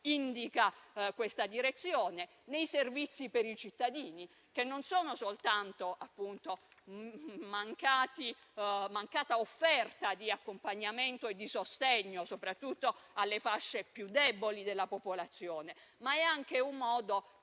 indica questa direzione nei servizi per i cittadini, che non soltanto significa una mancata offerta di accompagnamento e di sostegno soprattutto alle fasce più deboli della popolazione, ma che